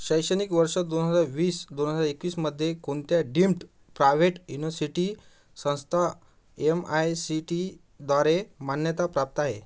शैक्षणिक वर्ष दोन हजार वीस दोन हजार एकवीसमध्ये कोणत्या डीम्ड प्रायव्हेट युनिव्हर्सिटी संस्था एम आय सी टीद्वारे मान्यताप्राप्त आहे